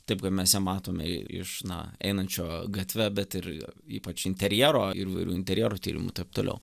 taip mes ją matome iš na einančio gatve bet ir ypač interjero ir įvairių interjerų tyrimų taip toliau